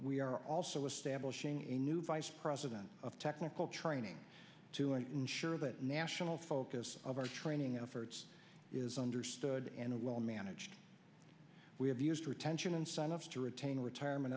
we are also establishing a new vice president of technical training to ensure that national focus of our training efforts is understood and well managed we have used retention in sign ups to retain retirement